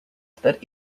that